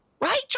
Right